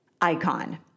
icon